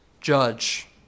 judge